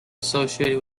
associated